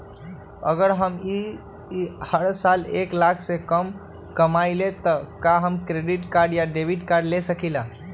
अगर हम हर साल एक लाख से कम कमावईले त का हम डेबिट कार्ड या क्रेडिट कार्ड ले सकीला?